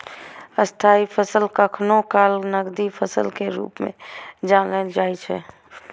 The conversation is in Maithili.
स्थायी फसल कखनो काल नकदी फसल के रूप मे जानल जाइ छै